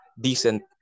decent